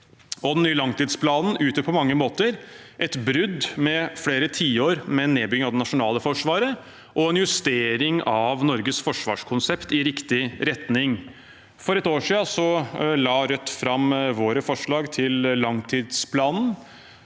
den nye langtidsplanen utgjør på mange måter et brudd med flere tiår med nedbygging av det nasjonale forsvaret og en justering av Norges forsvarskonsept i riktig retning. For et år siden la Rødt fram våre forslag til langtidsplanen.